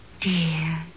dear